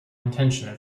intention